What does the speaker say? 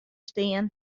stean